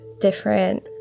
different